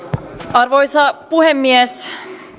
arvoisa puhemies